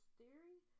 Theory